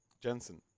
Jensen